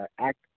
act